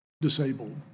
disabled